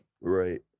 Right